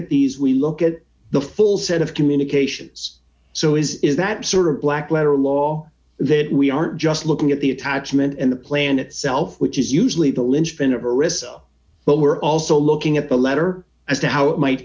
at these we look at the full set of communications so is is that sort of black letter law that we aren't just looking at the attachment and the plan itself which is usually the linchpin of arista but we're also looking at the letter as to how it might